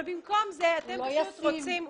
אבל במקום זה אתם פשוט רוצים --- הוא לא ישים.